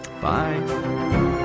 Bye